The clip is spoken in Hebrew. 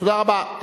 תודה רבה.